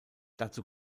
dazu